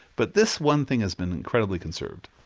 but this one thing has been incredibly conserved.